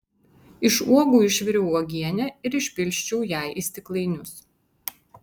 iš uogų išviriau uogienę ir išpilsčiau ją į stiklainius